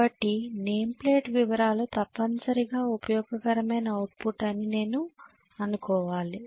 కాబట్టి name plate వివరాలు తప్పనిసరిగా ఉపయోగకరమైన అవుట్పుట్ అని నేను అనుకోవాలి